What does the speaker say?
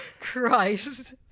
Christ